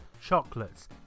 chocolates